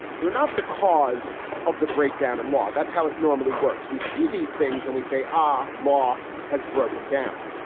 they're not the cause of the breakdown in law. that's how it normally works. we see these things and we say are law has broken down.